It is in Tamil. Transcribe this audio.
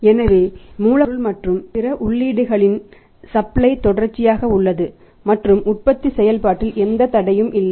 எனவே மூலப்பொருள் மற்றும் பிற உள்ளீடுகளின் சப்ளை தொடர்ச்சியாக உள்ளது மற்றும் உற்பத்தி செயல்பாட்டில் எந்த தடையும் இல்லை